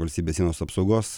valstybės sienos apsaugos